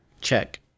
Check